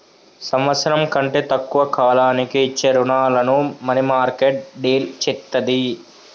సంవత్సరం కంటే తక్కువ కాలానికి ఇచ్చే రుణాలను మనీమార్కెట్ డీల్ చేత్తది